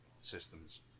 systems